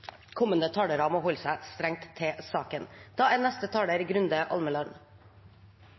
kommende talere om å holde seg strengt til saken.